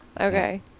Okay